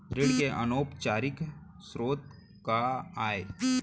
ऋण के अनौपचारिक स्रोत का आय?